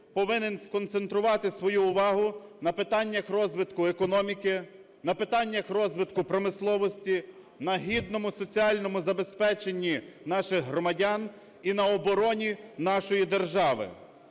повинен сконцентрувати свою увагу на питаннях розвитку економіки, на питаннях розвитку промисловості, на гідному соціальному забезпеченні наших громадян і на обороні нашої держави.